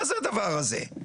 מה זה הדבר הזה?